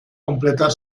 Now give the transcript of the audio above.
completar